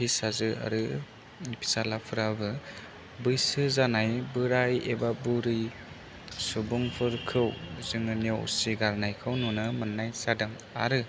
फिसाजो आरो फिसालाफोराबो बैसो जानाय बोराय एबा बुरि सुबुंफोरखौ जोङो नेवसिगारनायखौ नुनो मोन्नाय जादों आरो